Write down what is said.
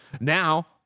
now